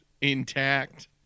intact